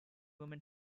women